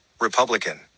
Republican